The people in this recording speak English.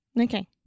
Okay